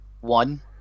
One